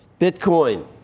Bitcoin